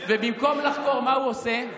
ובמקום לחקור מה הוא עושה?